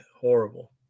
horrible